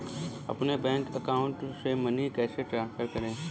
अपने bank account से money कैसे ट्रांसफर करें?